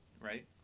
right